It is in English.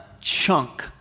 chunk